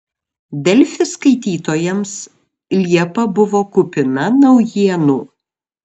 delfi skaitytojams liepa buvo kupina naujienų